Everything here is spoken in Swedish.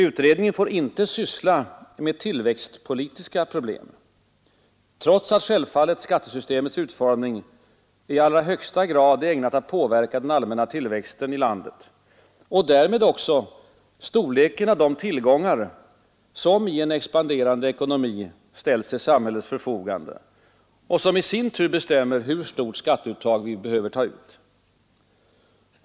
Utredningen får inte syssla med tillväxtpolitiska problem, trots att självfallet skattesystemets utformning i allra högsta grad är ägnad att påverka den allmänna tillväxten i landet och därmed också storleken av de tillgångar som i en expanderande ekonomi ställs till samhällets förfogande, vilket i sin tur bestämmer hur stort skatteuttag vi skall ha.